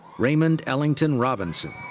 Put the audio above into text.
raymond ellington robinson.